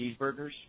cheeseburgers